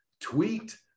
tweet